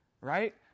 Right